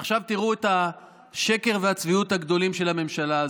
ועכשיו תראו את השקר והצביעות הגדולים של הממשלה הזו.